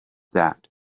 that